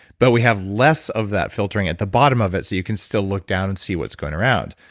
but we have less of that filtering at the bottom of it so you can still look down and see what's going around.